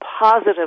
positive